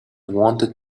wanted